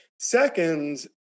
Second